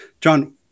John